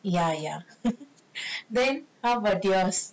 ya ya then how about yours